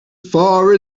far